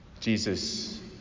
Jesus